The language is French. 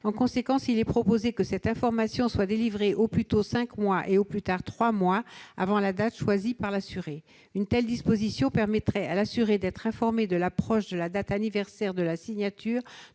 En conséquence, il est proposé que cette information soit délivrée au plus tôt cinq mois et au plus tard trois mois avant la date choisie par l'assuréUne telle disposition permettrait à l'assuré d'être informé de l'approche de la date anniversaire de la signature